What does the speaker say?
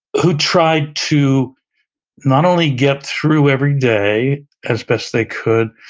who tried to not only get through every day as best they could,